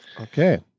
Okay